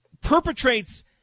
perpetrates